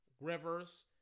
Rivers